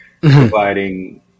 providing